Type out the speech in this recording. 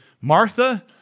Martha